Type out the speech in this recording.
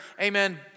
Amen